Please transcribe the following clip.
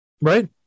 Right